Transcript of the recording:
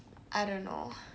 I don't know